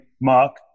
Mark